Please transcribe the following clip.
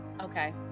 Okay